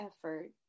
effort